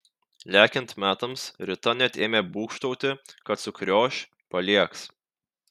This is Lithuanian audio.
lekiant metams rita net ėmė būgštauti kad sukrioš paliegs